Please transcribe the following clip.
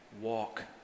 walk